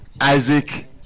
Isaac